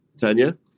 Tanya